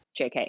JK